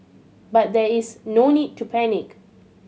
but there is no need to panic